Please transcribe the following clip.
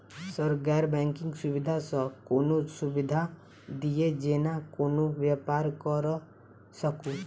Sir गैर banking सुविधा सँ कोनों सुविधा दिए जेना कोनो व्यापार करऽ सकु?